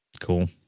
Cool